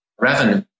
revenue